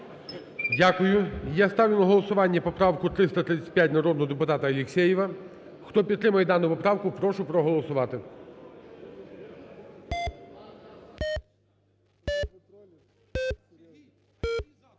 Дякую. Я ставлю на голосування поправку 335 народного депутата Алексєєва. Хто підтримує дану поправку, прошу проголосувати.